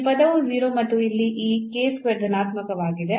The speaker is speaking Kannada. ಈ ಪದವು 0 ಮತ್ತು ಇಲ್ಲಿ ಈ ಧನಾತ್ಮಕವಾಗಿದೆ